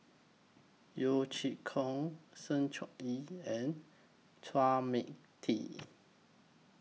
Yeo Chee Kiong Sng Choon Yee and Chua Mia Tee